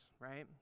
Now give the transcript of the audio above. right